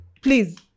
please